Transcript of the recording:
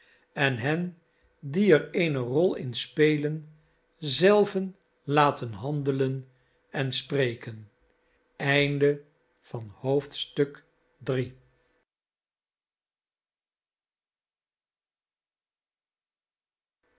en hen die er eene rol in spelen zelven laten handelen en spreken